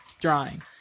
drawing